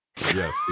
Yes